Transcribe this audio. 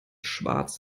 schwarz